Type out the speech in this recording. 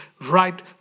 right